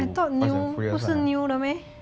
I though new 不是 new 的 meh